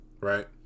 Right